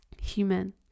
human